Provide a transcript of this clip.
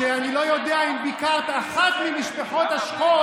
אני לא יודע אם ביקרת אחת ממשפחות השכול